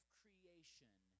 creation